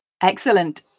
Excellent